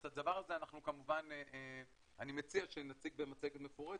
את הדבר הזה אני מציע שנציג במצגת מפורטת.